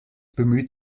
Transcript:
bemüht